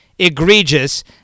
Egregious